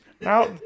Now